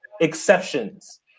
exceptions